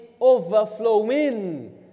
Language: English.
overflowing